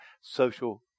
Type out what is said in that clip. social